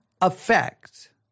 effect